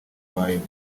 abayemo